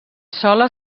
sola